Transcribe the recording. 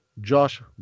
josh